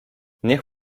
niech